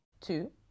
Two